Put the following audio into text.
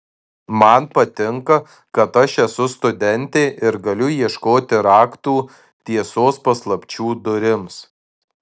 man patinka kad aš esu studentė ir galiu ieškoti raktų tiesos paslapčių durims